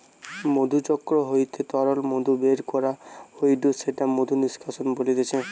মধুচক্র হইতে তরল মধু বের করা হয়ঢু সেটা মধু নিষ্কাশন বলতিছে